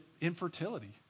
infertility